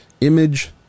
image